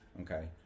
Okay